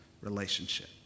relationship